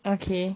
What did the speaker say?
okay